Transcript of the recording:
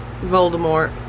voldemort